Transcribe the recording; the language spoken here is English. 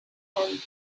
him